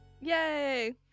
Yay